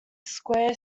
square